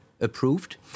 approved